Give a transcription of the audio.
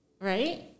right